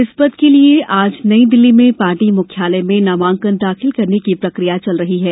इस पद के लिए आज नई दिल्ली में पार्टी मुख्यालय में नामांकन दाखिल करने की प्रक्रिया चल रही है